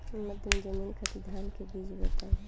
मध्य जमीन खातिर धान के बीज बताई?